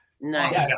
Nice